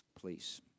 Please